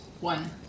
one